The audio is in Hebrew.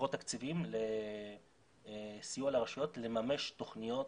מקורות תקציביים לסיוע לרשויות לממש את תוכניות